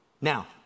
Now